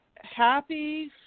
happy